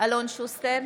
אלון שוסטר,